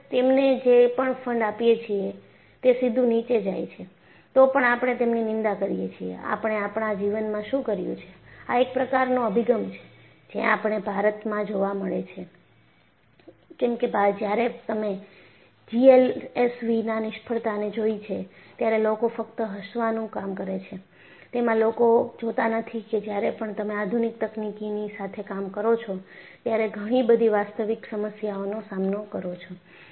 આપણે તેમને જે પણ ફંડ આપીએ છીએ તે સીધું નીચે જાય છે તોપણ આપણે તેમની નિંદા કરીએ છીએ આપણે આપણા જીવનમાં શું કર્યું છે આ એક પકાર નો અભિગમ છે જે આપણને ભારતમાં જોવા મળે છે કેમકે જ્યારે તમે જીએલએસવીના નિષ્ફળતાને જોઈ છે ત્યારે લોકો ફક્ત હસવાનું કામ કરે છે તેમાં લોકો જોતા નથી કે જ્યારે પણ તમે આધુનિક તકનીકની સાથે કામ કરો છો ત્યારે ઘણીબધી વાસ્તવિક સમસ્યાઓનો સામનો કરો છો